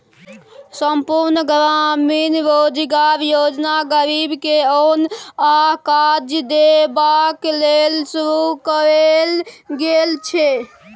संपुर्ण ग्रामीण रोजगार योजना गरीब के ओन आ काज देबाक लेल शुरू कएल गेल छै